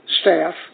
staff